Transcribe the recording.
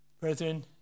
Brethren